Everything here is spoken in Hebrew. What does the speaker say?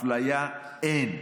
אפליה אין,